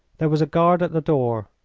there was a guard at the door,